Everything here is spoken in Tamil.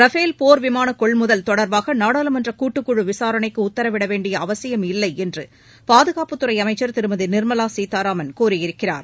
ரஃபேல் போர்விமான கொள்முதல் தொடர்பாக நாடாளுமன்ற கூட்டுக்குழு விசாரணைக்கு உத்தரவிட வேண்டிய அவசியமில்லை என்று பாதுகாப்புத் துறை அமைச்ச் திருமதி நிாமலா சீதாராமன் கூறியிருக்கிறார்